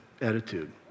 attitude